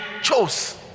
chose